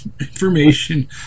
information